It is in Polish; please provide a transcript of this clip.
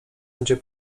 będzie